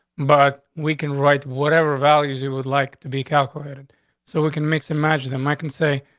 but we can write whatever values you would like to be calculated so we can mix. imagine them, i can say,